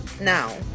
now